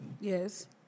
Yes